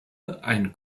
ein